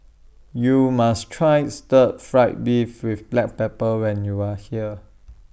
YOU must Try Stir Fried Beef with Black Pepper when YOU Are here